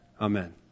Amen